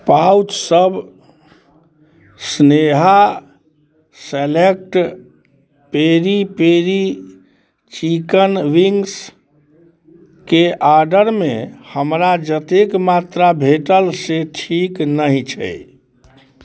पाउचसब Sneha select peri peri chicken विन्ग्सके ऑडरमे हमरा जतेक मात्रा भेटल से ठीक नहि छै